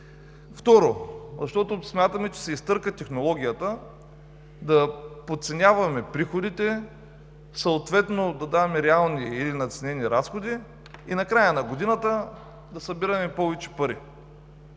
Второ, защото смятаме, че се изтърка технологията да подценяваме приходите, съответно да даваме реални или надценени разходи и накрая на годината да събираме повече пари.